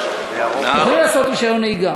יכולים לעשות רישיון נהיגה,